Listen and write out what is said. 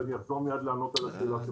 ואני אחזור מיד לענות על השאלה שלך,